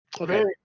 Okay